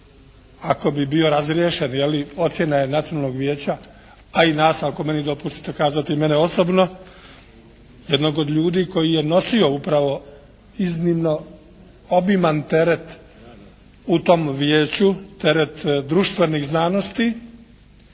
ako bi bio razriješen je li ocjena je Nacionalnog vijeća a i nas ako meni dopustite kazati i mene osobno jednog od ljudi koji je nosio upravo iznimno obiman teret u tom Vijeću, teret društvenih znanosti.